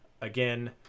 Again